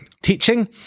teaching